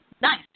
Nice